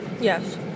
Yes